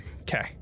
Okay